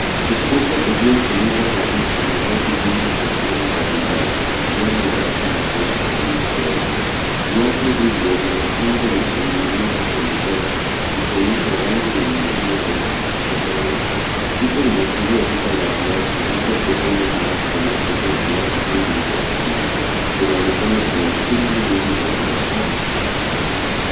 Ukuta uliofunikwa kabisa na viatu vingi vya aina mbalimbali vikiwemo rubber[ccs] na viatu vya michezo. Viatu hivyo vimepangwa na kuning'inizwa kwa ustadi ikionyesha rangi na mitindo tofauti tofauti. Picha inaashiria soko la viatu labda sokoni au mahali panapouzwa viatu vingi kwa pamoja. Inaonekana kuna shughuli nyingi za biashara ya viatu.